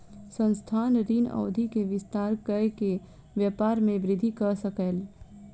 संस्थान, ऋण अवधि के विस्तार कय के व्यापार में वृद्धि कय सकल